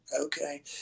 okay